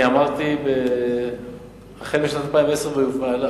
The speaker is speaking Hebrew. אמרתי: בשנת 2010 ואילך.